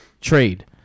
trade